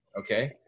okay